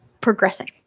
progressing